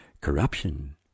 corruption